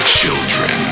children